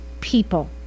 people